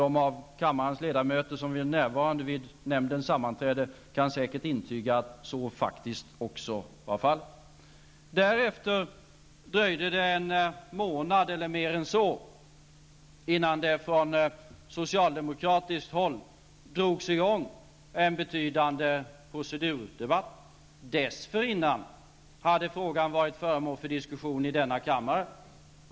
De av kammarens ledamöter som var närvarande vid nämndens sammanträde kan säkert intyga att så faktiskt var fallet. Därefter dröjde det en månad eller mer än så innan det från socialdemokratiskt håll drogs i gång en betydande procedurdebatt. Dessförinnan hade frågan varit föremål för diskussion i denna kammare.